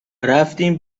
رفتیم